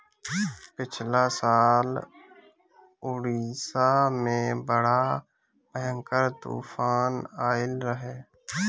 पिछला साल उड़ीसा में बड़ा भयंकर तूफान आईल रहे